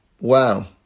wow